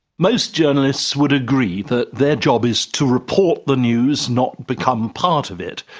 most journalists would agree that their job is to report the news, not become part of it.